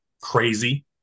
crazy